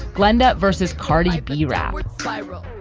glenda versus cardi b rapid viral